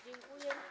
Dziękuję.